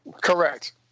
Correct